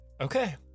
okay